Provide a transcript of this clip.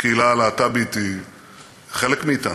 הקהילה הלהט"בית היא חלק מאתנו,